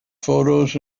photos